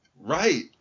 Right